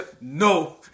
No